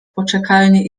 poczekalni